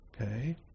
Okay